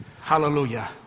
Hallelujah